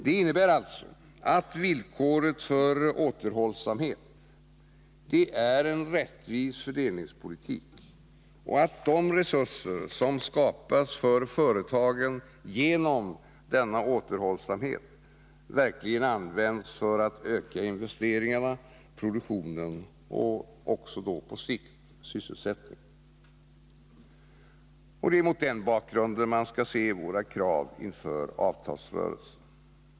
Det innebär alltså att villkoret för återhållsamhet är en rättvis fördelningspolitik, och att de resurser som skapas för företagen genom denna återhållsamhet verkligen används för att öka investeringarna, produktionen och på sikt sysselsättningen. Det är mot den bakgrunden man skall se våra krav inför avtalsrörelsen.